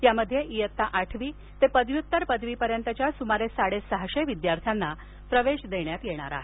यामध्ये इयत्ता आठवी ते पदव्युत्तर पदवीपर्यंतच्या सुमारे साडेसहाशे विद्यार्थ्यांना प्रवेश देण्यात येणार आहे